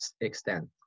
extent